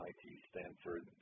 Stanford